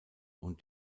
und